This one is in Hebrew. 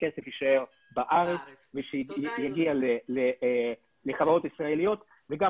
ושהכסף יישאר בארץ ויגיע לחברות ישראליות וגם